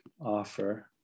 offer